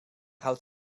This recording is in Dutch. houdt